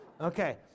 Okay